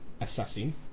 assassin